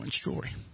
story